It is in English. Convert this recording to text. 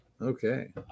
okay